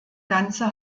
ganze